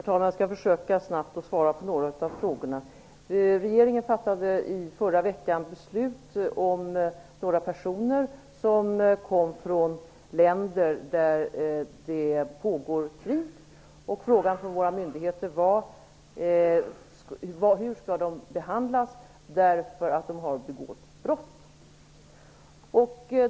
Jag skall försöka att snabbt svara på några av frågorna. Regeringen fattade i förra veckan beslut om några personer som kom från länder där det pågår krig. Frågan från våra myndigheter var hur dessa personer skulle behandlas, eftersom de hade begått brott.